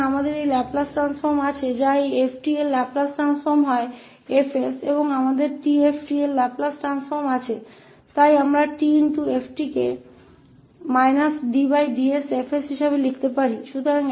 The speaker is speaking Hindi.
तो हमारे पास यह लैपलेस ट्रांसफॉर्म है कि अगर 𝐹𝑠 𝑡 का लैपलेस ट्रांसफॉर्म है तो हमारे पास 𝑡𝑓𝑡 का लैपलेस ट्रांसफॉर्म है इसलिए हम 𝑡𝑓𝑡 को − dds 𝐹𝑠 रूप में प्राप्त कर सकते हैं